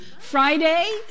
Friday